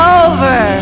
over